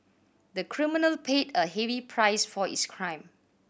the criminal paid a heavy price for his crime